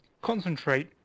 Concentrate